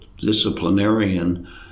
disciplinarian